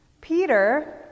Peter